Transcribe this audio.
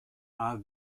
are